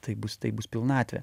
tai bus tai bus pilnatvė